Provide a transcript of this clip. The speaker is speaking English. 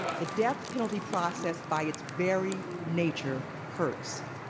the death penalty process by its very nature hurts.